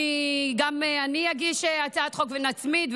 וגם אני אגיש הצעת חוק ונצמיד,